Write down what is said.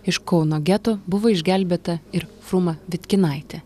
iš kauno geto buvo išgelbėta ir fruma ditkinaitė